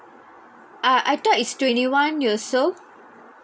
ah I thought it's twenty one years old